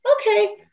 okay